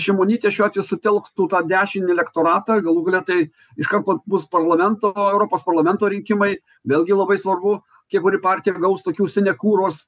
šimonytė šiuo atveju sutelktų tą dešinį elektoratą galų gale tai iš karto bus parlamento europos parlamento rinkimai vėlgi labai svarbu kiek kuri partija gaus tokių sinekūros